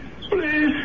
please